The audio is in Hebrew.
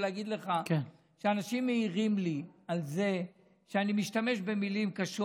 ולהגיד לך שאנשים מעירים לי על זה שאני משתמש במילים קשות.